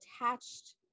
attached